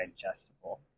digestible